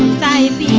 time